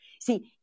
see